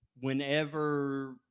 whenever